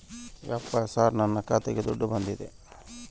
ಯಪ್ಪ ಸರ್ ನನ್ನ ಖಾತೆಗೆ ದುಡ್ಡು ಬಂದಿದೆಯ?